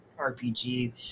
rpg